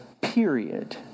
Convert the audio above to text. period